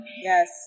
yes